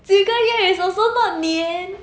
几个月 is also not 年